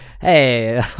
hey